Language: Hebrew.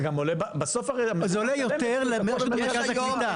זה גם עולה --- בסוף הרי --- זה עולה יותר מאשר מרכז הקליטה.